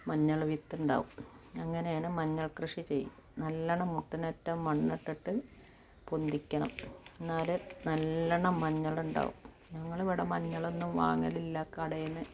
മഞ്ഞൾ വിത്ത് ഉണ്ടാവും അങ്ങനെയാണ് മഞ്ഞൾ കൃഷി ചെയ്യും നല്ലോണം മുട്ടിനറ്റം മണ്ണ് ഇട്ടിട്ട് പൊന്തിക്കണം എന്നാലേ നല്ലോണം മഞ്ഞളുണ്ടാവു ഞങ്ങൾ ഇവിടെ മഞ്ഞൾ ഒന്നും വാങ്ങലില്ല കടയിൽ നിന്ന്